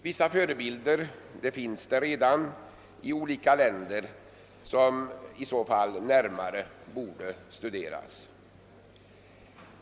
Vissa förebilder finns redan i olika länder och borde i så fall närmare studeras.